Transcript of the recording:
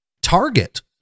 target